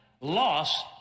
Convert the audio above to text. loss